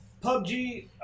PUBG